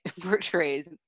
portrays